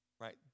right